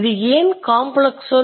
இது ஏன் காம்ப்ளக்ஸ் சொல்